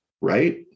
Right